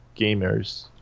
gamers